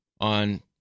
on